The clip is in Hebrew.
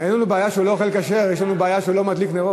צריך להדליק נרות.